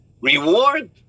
Reward